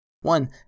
one